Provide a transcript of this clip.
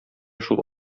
шул